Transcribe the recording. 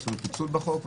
עשינו פיצול בחוק,